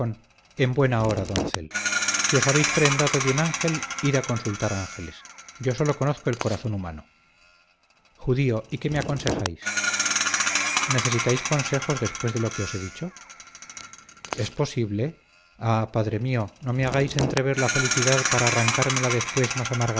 en buen hora doncel si os habéis prendado de un ángel id a consultar ángeles yo sólo conozco el corazón humano judío y qué me aconsejáis necesitáis consejos después de lo que os he dicho es posible ah padre mío no me hagáis entrever la felicidad para arrancármela después más